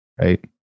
right